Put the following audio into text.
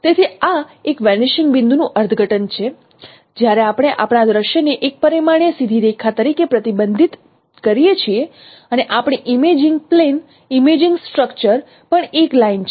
તેથી આ એક વેનીશિંગ બિંદુનું અર્થઘટન છે જ્યારે આપણે આપણા દ્રશ્યને એક પરિમાણીય સીધી રેખા તરીકે પ્રતિબંધિત કરીએ છીએ અને આપણી ઇમેજિંગ પ્લેન ઇમેજિંગ સ્ટ્રક્ચર પણ એક લાઇન છે